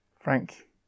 Frank